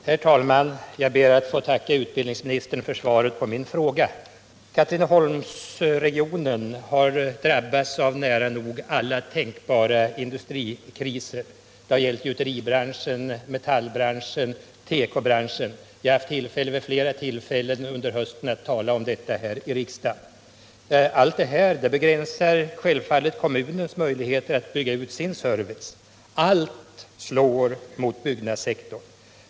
Herr talman! Jag ber att få tacka utbildningsministern för svaret på min fråga. Katrineholmsregionen har drabbats av nära nog alla tänkbara industrikriser; det har gällt gjuteribranschen, metallbranschen och tekobranschen. Vi har vid flera tillfällen talat om detta under hösten i riksdagen. Allt detta begränsar självfallet kommunens möjligheter att bygga ut sin service. Allt står mot byggnadssektorn.